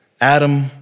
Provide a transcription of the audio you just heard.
Adam